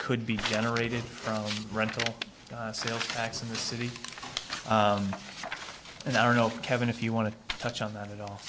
could be generated from rental sales tax in the city and i don't know kevin if you want to touch on that at all